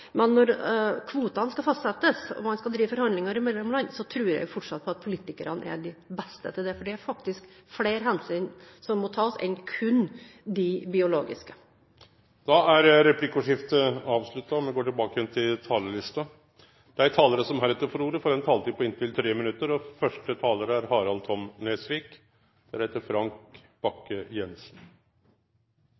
Men når kvotene skal fastsettes, og man skal drive forhandlinger mellom land, tror jeg fortsatt på at politikerne er de beste til det, for det er faktisk flere hensyn som må tas enn kun de biologiske. Replikkordskiftet er over. Dei talarane som heretter får ordet, har ei taletid på inntil 3 minutt. Det er ikke alltid man får tid til å si det man vil på bare 5 minutter,